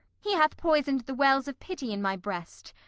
he hath poisoned the wells of pity in my breast,